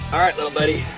alright little buddy.